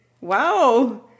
Wow